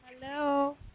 Hello